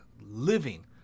living